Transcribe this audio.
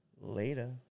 later